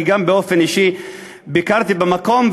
גם אני באופן אישי ביקרתי במקום,